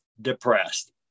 depressed